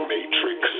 Matrix